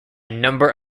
number